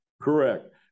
Correct